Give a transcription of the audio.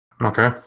Okay